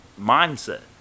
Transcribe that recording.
mindset